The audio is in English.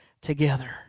together